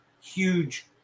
huge –